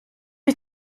ich